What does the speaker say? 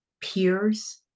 peers